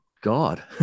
God